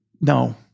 No